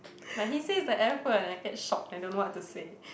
like he says the F word and I get shocked I don't know what to say